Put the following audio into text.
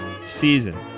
season